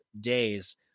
days